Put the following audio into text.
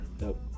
Nope